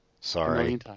Sorry